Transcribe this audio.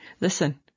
Listen